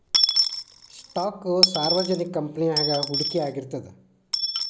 stock ಸಾರ್ವಜನಿಕ ಕಂಪನಿಯಾಗ ಹೂಡಿಕೆಯಾಗಿರ್ತದ